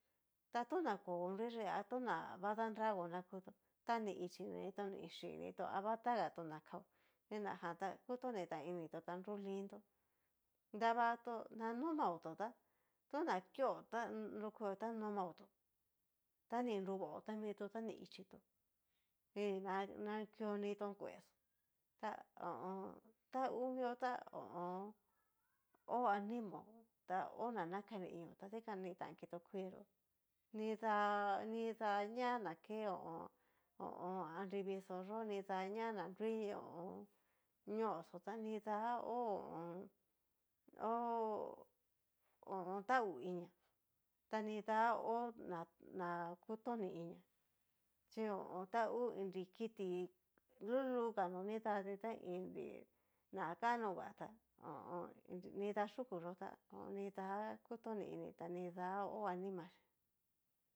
Ta tona ko nruyi ta va danrago na kutón, ta ni ichi nitón ni xii nitón ta va tagató na kao, chinajan ta kutoni initón ta ku lintó davatón na nomaotó tá na kio ta ni nruvao ta mitó na ni ichitón nija ni na kuinitón kuexo ta ngu mio ta ho o on. ho animaó, ta ho nanakani inio ta dikani tan kitó kuii yó nidá nidá ña na ke ho o on. ho o on. anrivii xó yó diña nrui ñoo yó tá nida ho ho o on. hó ho o on tauinia ta nida ho na- na kutoni inia chí ta ngu inri kiti luluga no nidati tá inri na kanoga tá ho o on. nidá yuku yó tá nida kutoni ini ta nidá ho animaxhí.